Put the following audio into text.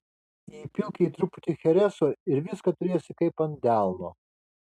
įpilk jai truputį chereso ir viską turėsi kaip ant delno